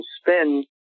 spin